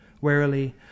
warily